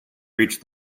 reached